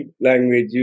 language